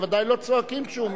בוודאי לא צועקים כשהוא מדבר.